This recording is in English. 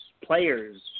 players